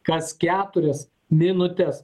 kas keturias minutes